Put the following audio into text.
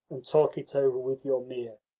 talk it over with your mir.